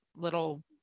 little